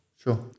Sure